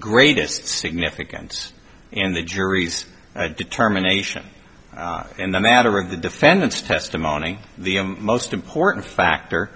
greatest significance in the jury's determination in the matter of the defendant's testimony the most important factor